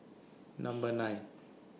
Number nine